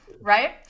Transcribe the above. right